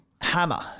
Hammer